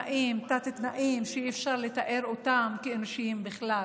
בתת-תנאים שאי-אפשר לתאר אותם כאנושיים בכלל?